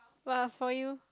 but for you